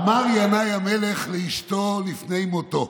אמר ינאי המלך לאשתו לפני מותו: